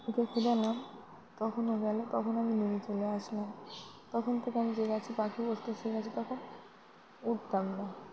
ওকে খোঁচালাম তখন ও গেল তখন আমি নেমে চলে আসলাম তখন থেকে আমি যে গাছে পাখি বসে আছে তখন উঠতাম না